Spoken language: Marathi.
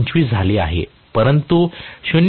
25 झाले आहे परंतु 0